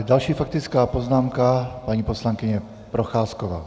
Další faktická poznámka paní poslankyně Procházková.